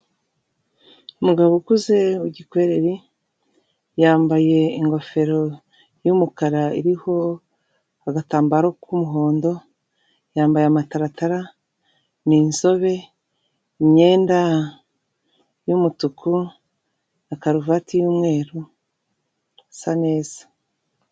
Umugabo ukuze w'gikweri, yambaye ingofero y'umukara iriho agatambaro k'umuhondo, yambaye amataratara, ni inzobe, imyenda y'umutuku na karuvati y'umweru, asa neza.